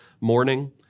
morning